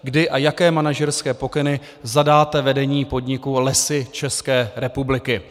Kdy a jaké manažerské pokyny zadáte vedení podniku Lesy České republiky?